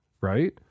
right